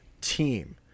team